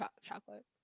chocolate